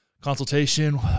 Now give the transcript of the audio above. consultation